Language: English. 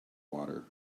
water